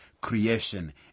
creation